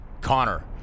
Connor